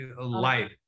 life